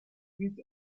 with